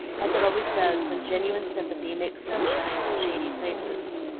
as it always does when genuine sympathy makes sunshine in shady places.